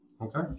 okay